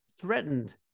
threatened